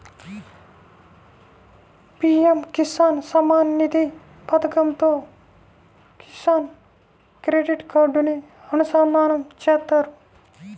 PM Kisan Samman Nidhi పథకంతో Kisan credit కార్డుని అనుసంధానం చేత్తారు